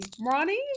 Ronnie